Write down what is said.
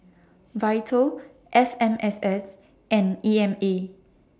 Vital F M S S and E M A